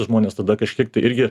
žmones tada kažkiek tai irgi